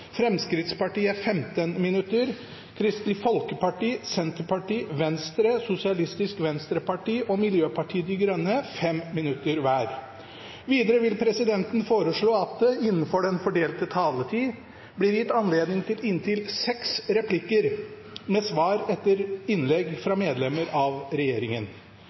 Fremskrittspartiet 15 minutter, Kristelig Folkeparti 5 minutter, Senterpartiet 5 minutter, Venstre 5 minutter, Sosialistisk Venstreparti 5 minutter og Miljøpartiet De Grønne 5 minutter. Videre vil presidenten foreslå at det – innenfor den fordelte taletid – blir gitt anledning til inntil seks replikker med svar etter innlegg fra medlemmer av regjeringen.